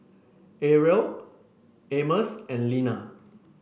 Ariel Amos and Lina